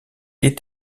est